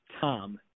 Tom